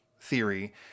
theory